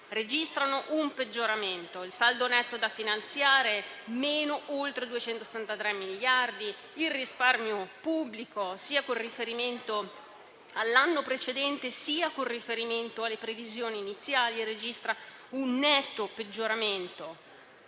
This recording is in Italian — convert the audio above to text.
registrano un peggioramento: il saldo netto da finanziare è a oltre meno 263 miliardi; il risparmio pubblico, sia con riferimento all'anno precedente, sia con riferimento alle previsioni iniziali, registra un netto peggioramento.